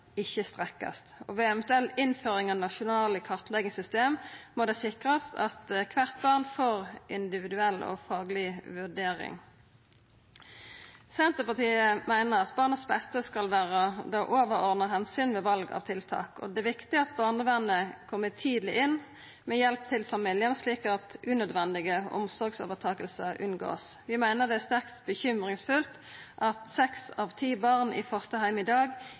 ikkje vert strekte. Ved eventuell innføring av nasjonale kartleggingssystem må det sikrast at kvart barn får individuell og fagleg vurdering. Senterpartiet meiner at barnas beste skal vera det overordna omsynet ved val av tiltak, og det er viktig at barnevernet kjem tidleg inn med hjelp til familiar, slik at ein unngår unødvendige omsorgsovertakingar. Vi meiner det er sterkt bekymringsfullt at seks av ti barn i fosterheim i dag